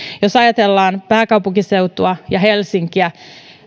jos ajatellaan pääkaupunkiseutua ja helsinkiä